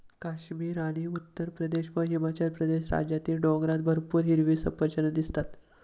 काश्मीर आणि उत्तरप्रदेश व हिमाचल प्रदेश राज्यातील डोंगरात भरपूर हिरवी सफरचंदं दिसतात